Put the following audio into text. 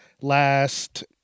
last